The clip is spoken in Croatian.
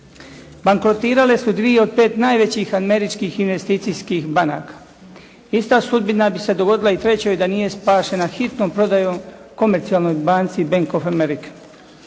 Bankrotirale su dvije od pet najvećih američkih investicijskih banaka. Ista sudbina bi se dogodila i trećoj da nije spašena hitnom prodajom komercijalnoj banci "Bank of America".